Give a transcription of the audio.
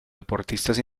deportistas